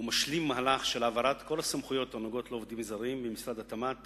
הוא משלים מהלך של העברת כל הסמכויות הנוגעות לעובדים זרים ממשרד התמ"ת